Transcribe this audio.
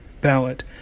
ballot